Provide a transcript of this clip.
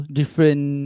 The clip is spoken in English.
different